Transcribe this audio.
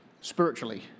spiritually